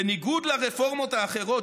בניגוד לרפורמות אחרות,